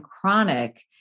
chronic